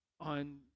On